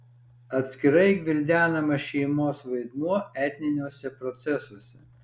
atskirai gvildenamas šeimos vaidmuo etniniuose procesuose